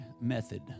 method